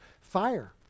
fire